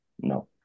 no